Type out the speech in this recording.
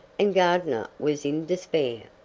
and gardner was in despair.